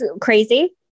crazy